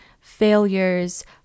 failures